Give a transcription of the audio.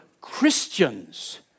Christians